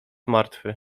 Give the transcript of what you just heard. martwy